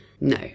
No